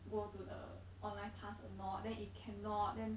go to the online class or not then if cannot then